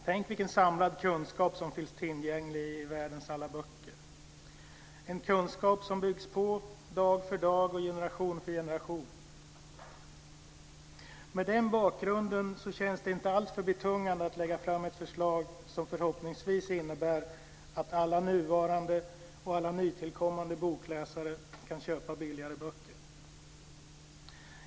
Tänk vilken samlad kunskap som finns tillgänglig i världens alla böcker, en kunskap som byggs på dag för dag och generation för generation. Mot den bakgrunden känns det inte alltför betungande att lägga fram ett förslag som förhoppningsvis innebär att alla nuvarande och alla nytillkommande bokläsare kan köpa billigare böcker.